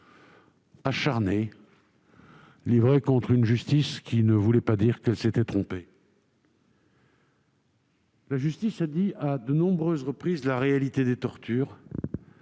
acharné contre une justice qui ne voulait pas dire qu'elle s'était trompée. La justice a dit à de nombreuses reprises la réalité des tortures